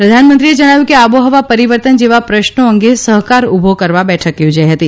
પ્રધાનમંત્રીએ ણાવ્યું કે આ ોહવા પરિવર્તન જેવા પ્રશ્નો અંગે સહકાર ઉભો કરવા ેઠક યોજાઇ હતી